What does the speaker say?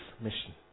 mission